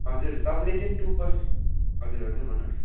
हजुर तपाईँले चाहिँ टु पर्स् हजुर हजुर भन्नुहोस्